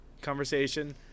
conversation